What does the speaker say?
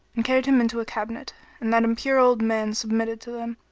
and carried him into a cabinet and that impure old man submitted to them,